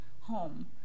home